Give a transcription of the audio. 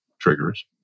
triggers